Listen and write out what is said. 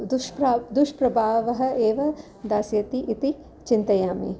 दुष्प्रभावः दुष्प्रभावः एव दास्यति इति चिन्तयामि